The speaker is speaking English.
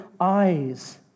eyes